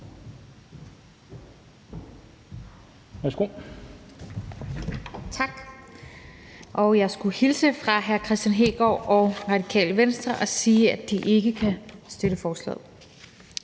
(EL): Tak. Og jeg skulle hilse fra hr. Kristian Hegaard og Radikale Venstre og sige, at de ikke kan støtte forslaget.